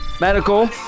Medical